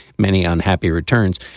many unhappy returns,